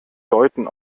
deuten